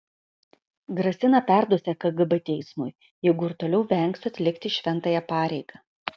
grasina perduosią kgb teismui jeigu ir toliau vengsiu atlikti šventąją pareigą